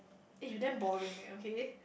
eh you damn boring eh okay